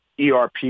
ERP